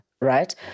right